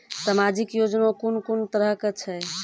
समाजिक योजना कून कून तरहक छै?